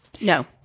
No